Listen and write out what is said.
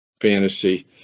fantasy